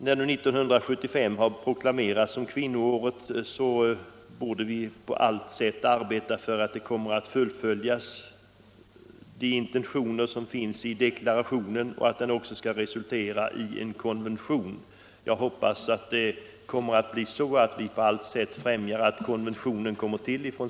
När nu 1975 har proklamerats som kvinnoåret borde vi på allt sätt arbeta för att de intentioner som finns i deklarationen kommer att fullföljas och att den även skall resultera i en konvention. Jag hoppas att vi från svensk sida på allt sätt skall främja att konventionen kommer till.